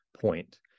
point